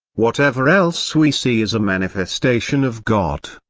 whatever else we see is a manifestation of god.